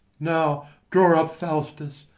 now draw up faustus,